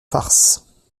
farces